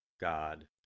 God